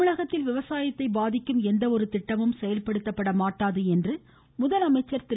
தமிழகத்தில் விவசாயத்தை பாதிக்கும் எந்த ஒரு திட்டமும் செயல்படுத்தப்பட மாட்டாது என்று முதலமைச்சர் திரு